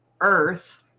earth